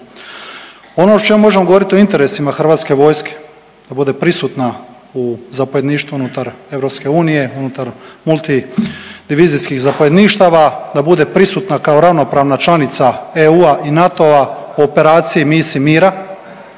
Ono o čemu možemo govorit o interesima HV-a da bude prisutna u zapovjedništvu unutar EU, unutar multidivizijskih zapovjedništava, da bude prisutna kao ravnopravna članica EU-a i NATO-a u operaciji i misiji mira